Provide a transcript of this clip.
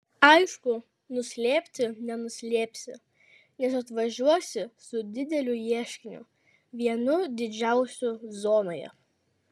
aišku nuslėpti nenuslėpsi nes atvažiuosi su dideliu ieškiniu vienu didžiausių zonoje